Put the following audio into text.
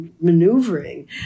maneuvering